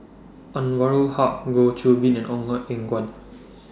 Anwarul Haque Goh Qiu Bin and Ong Eng in Guan